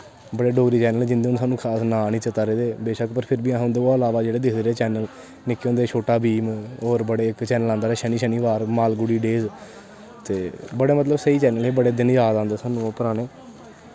Dogri channel जिन्ने न उंदे खास नांऽ नी चेत्ता रेह्दे बेशक्क व अस फिर बी दिखदे रेह् चैन्नल निक्के होंदे शोटा भीम और इक चैन्नल आंदा शनि शनि देव मालपूड़ी देव ते बड़ा मतलव स्हेई चैन्नल हे बड़े दिन जाद आंदे परानें